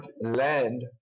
land